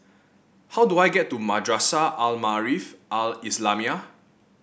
how do I get to Madrasah Al Maarif Al Islamiah